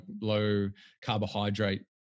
low-carbohydrate